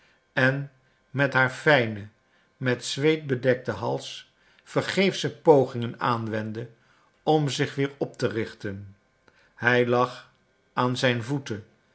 en met haar fijnen met zweet bedekten hals vergeefsche pogingen aanwendde om zich weer op te richten zij lag aan zijn voeten